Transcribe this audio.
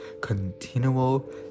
Continual